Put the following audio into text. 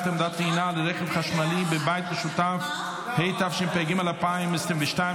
עמדת טעינה לרכב חשמלי בבית משותף ודייני מקרקעין),